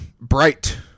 Bright